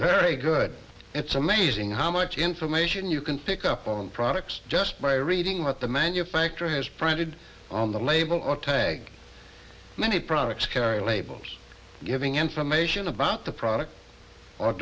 very good it's amazing how much information you can pick up on products just by reading what the manufacturer has printed on the label or tag many products carry labels giving information about the product or